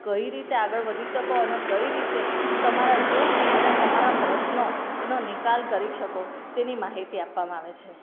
કઈ રીતે આગળ વધી શકો અને કઈ રીતે તમારા દુખ અને તમારા પ્રશ્નો એનો નિકાલ કરી શકો તેની માહિતી આપવામાં આવે છે